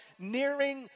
nearing